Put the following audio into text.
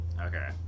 Okay